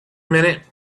minute